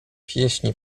pieśni